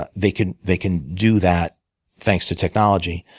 but they can they can do that thanks to technology.